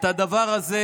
את הדבר הזה,